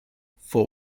for